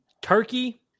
Turkey